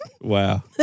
Wow